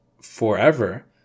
forever